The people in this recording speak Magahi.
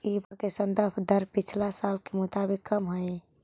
इ बार के संदर्भ दर पिछला साल के मुताबिक काफी कम हई